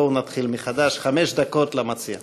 בואו נתחיל מחדש, חמש דקות למציע.